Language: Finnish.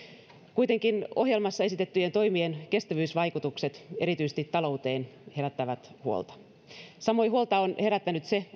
kuitenkin ohjelmassa esitettyjen toimien kestävyysvaikutukset erityisesti talouteen herättävät huolta samoin huolta on herättänyt se